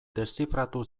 deszifratu